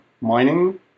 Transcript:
mining